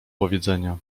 powiedzenia